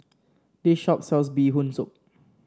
this shop sells Bee Hoon Soup